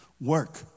work